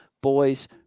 boys